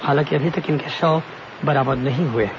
हालांकि अभी तक इनके शव बरामद नहीं हए हैं